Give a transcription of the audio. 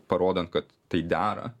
parodant kad tai dera